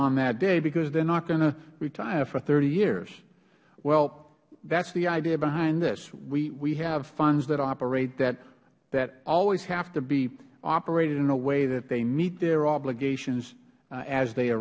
on that day because they are not going to retire for thirty years well that is the idea behind this we have funds that operate that always have to be operated in a way that they meet their obligations as they ar